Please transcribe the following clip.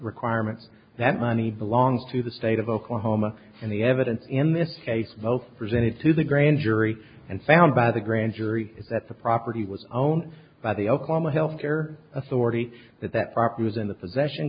requirements that money belongs to the state of oklahoma and the evidence in this case both presented to the grand jury and found by the grand jury that the property was owned by the obama health care authority that that property was in the possession